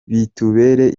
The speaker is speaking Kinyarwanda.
bitubere